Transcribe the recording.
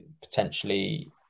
potentially